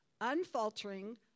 unfaltering